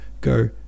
go